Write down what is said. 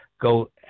go